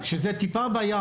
זה טיפה בים.